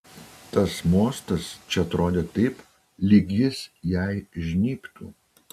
tas mostas čia atrodė taip lyg jis jai žnybtų